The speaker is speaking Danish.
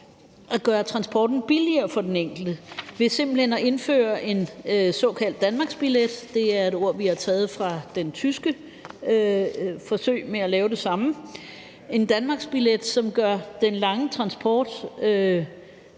som gør transporten billigere for den enkelte ved simpelt hen at indføre en såkaldt danmarksbillet – det er et ord, vi har taget fra det tyske forsøg med at lave det samme – som gør den lange transport